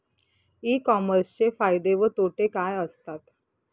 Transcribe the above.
E कॉमर्सचे फायदे व तोटे काय असतात?